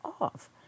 off